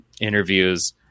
interviews